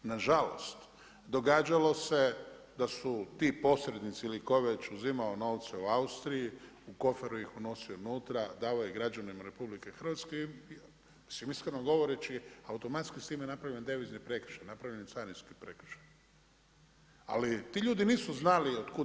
Nažalost, događalo se da su ti posrednici ili to već uzimao novce u Austriji u koferu ih unosio unutra, davao ih građanima RH i iskreno govoreći automatski s time napravio jedan devizni prekršaj, napravljen je carinski prekršaj, ali ti ljudi nisu znali od kud.